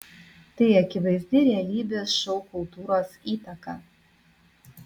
tai akivaizdi realybės šou kultūros įtaka